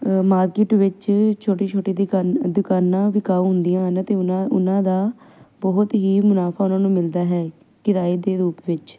market ਵਿੱਚ ਛੋਟੀ ਛੋਟੀ ਦੀਕ ਦੁਕਾਨਾਂ ਵਿਕਾਊ ਹੁੰਦੀਆਂ ਹਨ ਤੇ ਉਨ ਉਹਨਾਂ ਦਾ ਬਹੁਤ ਹੀ ਮੁਨਾਫਾ ਉਹਨਾਂ ਨੂੰ ਮਿਲਦਾ ਹੈ ਕਿਰਾਏ ਦੇ ਰੂਪ ਵਿੱਚ